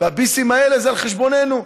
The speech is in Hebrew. והביסים האלה זה על חשבוננו,